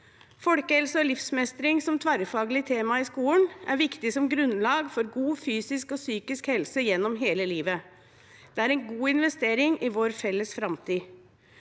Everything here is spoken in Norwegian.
Folkehelse og livsmestring som tverrfaglig tema i skolen er viktig som grunnlag for god fysisk og psykisk helse gjennom hele livet. Det er en god investering i vår felles framtid.